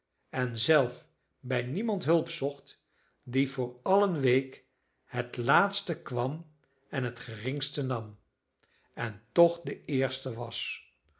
en zelf bij niemand hulp zocht die voor allen week het laatste kwam en het geringste nam en toch de eerste was